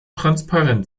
transparent